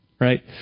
Right